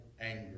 anger